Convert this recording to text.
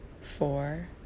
four